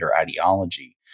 ideology